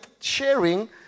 sharing